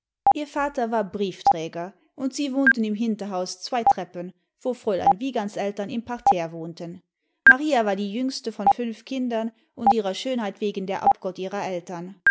ihr vater war briefträger und sie wohnten im hinterhaus zwei treppen wo fräulein wiegands eltern im parterre wohnten maria war die jüngste von fünf kindern und ihrer schönheit wegen der abgott ihrer eltern